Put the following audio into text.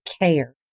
care